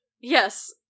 Yes